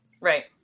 Right